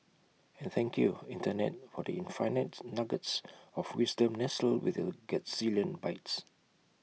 and thank you Internet for the infinite nuggets of wisdom nestled with your gazillion bytes